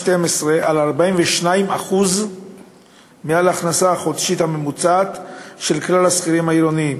על 42% מעל ההכנסה החודשית הממוצעת של כלל השכירים העירונים,